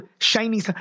Shiny